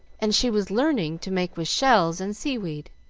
and she was learning to make with shells and sea-weed,